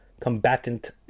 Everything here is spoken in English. Combatant